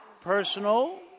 personal